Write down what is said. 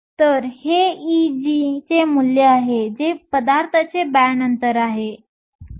तर हे Eg चे मूल्य आहे जे पदार्थाचे बँड अंतर आहे